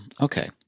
Okay